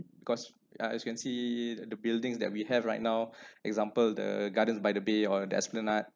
because yeah as you can see that the buildings that we have right now example the gardens by the bay or the esplanade